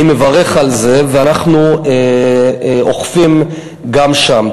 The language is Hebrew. אני מברך על זה, ואנחנו אוכפים גם שם.